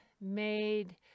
made